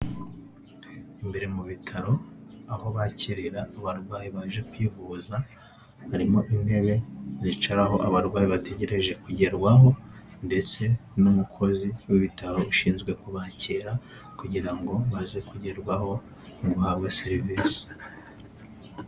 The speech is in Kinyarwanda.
Imbere mu bitaro aho bakirira abarwayi baje kwivuza, harimo intebe zicaraho abarwayi bategereje kugerwaho, ndetse n'umukozi w'ibitaro ushinzwe kubakira, kugira ngo baze kugerwaho mu guhabwa serivisi.